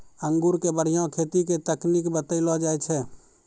अंगूर के बढ़िया खेती के तकनीक बतइलो जाय छै